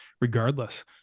regardless